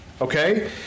okay